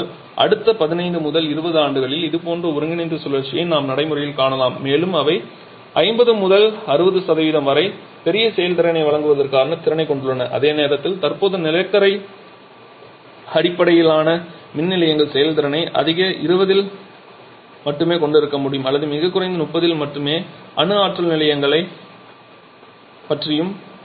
ஆனால் அடுத்த 15 முதல் 20 ஆண்டுகளில் இதுபோன்ற ஒருங்கிணைந்த சுழற்சியை நாம் நடைமுறையில் காணலாம் மேலும் அவை 50 முதல் 60 வரம்பில் பெரிய செயல்திறனை வழங்குவதற்கான திறனைக் கொண்டுள்ளன அதே நேரத்தில் தற்போதைய நிலக்கரி அடிப்படையிலான மின் நிலையங்கள் செயல்திறனை அதிக 20 இல் மட்டுமே கொண்டிருக்க முடியும் அல்லது மிகக் குறைந்த 30 இல் மற்றும் அணு ஆற்றல் நிலையங்களைப் பற்றியும்